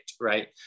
right